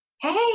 hey